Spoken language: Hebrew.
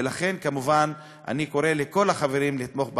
ולכן, כמובן, אני קורא לכל החברים לתמוך בהצעה.